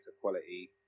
quality